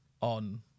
on